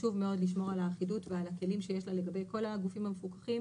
חשוב מאוד לשמור על האחידות ועל הכלים שיש לה לגבי כל הגופים המפוקחים.